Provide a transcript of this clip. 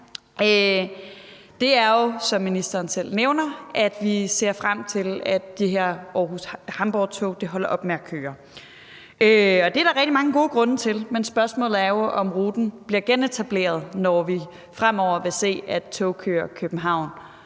er – hvilket ministeren også selv nævner – at vi kan se frem mod, at det her Aarhus-Hamborg-tog holder op med at køre. Og det er der rigtig mange gode grunde til, men spørgsmålet er jo, om ruten bliver genetableret, når vi fremover vil se, at toget mellem København